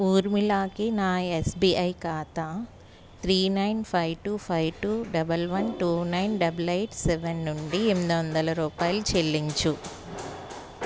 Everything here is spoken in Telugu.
ఊర్మిళకి నా ఎస్బీఐ ఖాతా three nine five two five two double one two nine double eight seven నుండి ఎనిమిది వందల రూపాయలు చెల్లించుము